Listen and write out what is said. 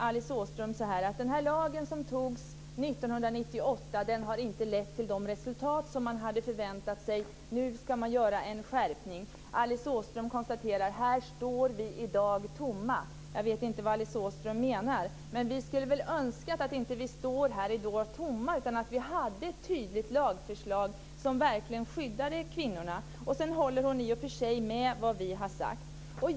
Alice Åström säger också att lagen som antogs 1998 inte har lett till de resultat som man hade förväntat sig och att man nu vill göra en skärpning. Alice Åström konstaterar att vi står tomma här i dag. Jag vet inte vad Alice Åström menar, men vi önskar att vi inte hade stått tomma här i dag utan att vi hade haft ett tydligt lagförslag som verkligen skulle ha skyddat kvinnorna. Sedan håller hon i och för sig med om vad vi har sagt.